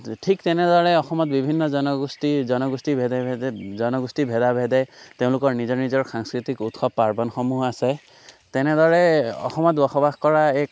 ঠিক তেনেদৰে অসমত বিভিন্ন জনগোষ্ঠী জনগোষ্ঠীভেদে ভেদে জনগোষ্ঠী ভেদা ভেদে তেওঁলোকৰ নিজৰ নিজৰ সংস্কৃতিক উৎসৱ পাৰ্বনসমূহ আছে তেনেদৰে অসমত বসবাস কৰা এক